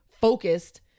focused